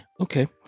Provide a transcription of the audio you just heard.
Okay